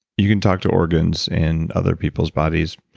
you can talk to organs in other people's bodies.